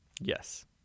Yes